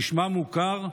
נשמע מוכר?